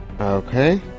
Okay